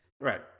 Right